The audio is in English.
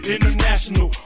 International